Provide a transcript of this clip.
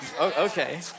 Okay